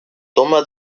toma